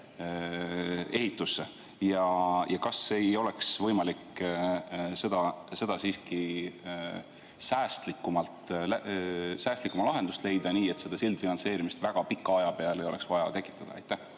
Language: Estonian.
ehitusse? Kas ei oleks võimalik siiski säästlikumat lahendust leida, nii et sildfinantseerimist väga pika aja peale ei oleks vaja tekitada? Aitäh,